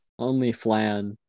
OnlyFlan